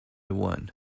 one